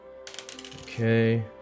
Okay